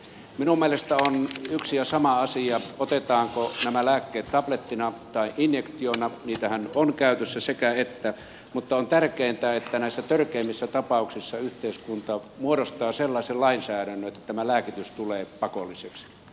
minun mielestäni on yksi ja sama asia otetaanko nämä lääkkeet tablettina vai injektiona niitähän on käytössä sekä että mutta on tärkeintä että näissä törkeimmissä tapauksissa yhteiskunta muodostaa sellaisen lainsäädännön että tämä lääkitys tulee pakolliseksi